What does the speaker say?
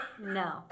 No